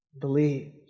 believes